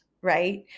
right